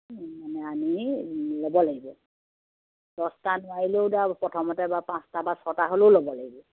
মানে আমি ল'ব লাগিব দহটা নোৱাৰিলেও ধৰা প্ৰথমতে বাৰু পাঁচটা বা ছয়টা হ'লেও ল'ব লাগিব